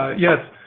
yes,